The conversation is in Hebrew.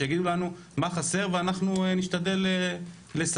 שיגידו לנו מה חסר ואנחנו נשתדל לסייע.